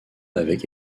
avec